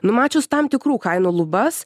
numačius tam tikrų kainų lubas